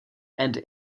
and